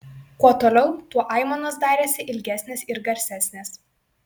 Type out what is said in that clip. kuo toliau tuo aimanos darėsi ilgesnės ir garsesnės